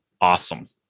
awesome